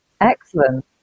Excellent